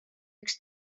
üks